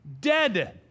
dead